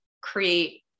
create